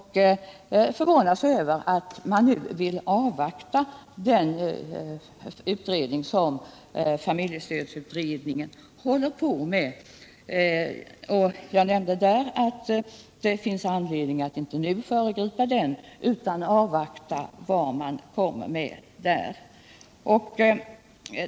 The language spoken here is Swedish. Hon förvånar sig över att man nu vill avvakta familjestödsutredningen. Jag nämnde att det finns anledning .att inte föregripa den, utan att vi bör avvakta vad utredningen kommer med.